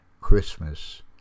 Christmas